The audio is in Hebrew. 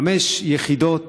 חמש יחידות